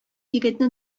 егетне